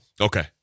Okay